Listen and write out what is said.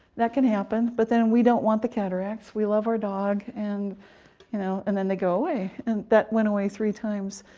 that can happen, but then we don't want the cataracts we love our dog and you know and then they go away. and that went away three times,